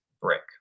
brick